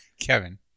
Kevin